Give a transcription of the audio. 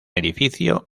edificio